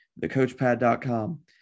thecoachpad.com